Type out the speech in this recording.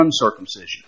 uncircumcision